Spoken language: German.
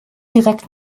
direkt